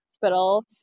hospital